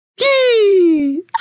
yee